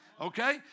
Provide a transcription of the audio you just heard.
okay